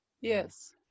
Yes